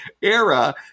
era